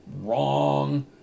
Wrong